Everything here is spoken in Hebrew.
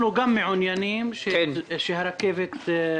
גם מעוניינים שהרכבת תבוצע.